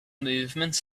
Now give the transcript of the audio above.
movement